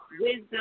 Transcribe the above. wisdom